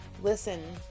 listen